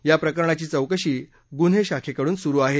या प्रकरणाची चौकशी गुन्हे शाखेकडून सुरू आहे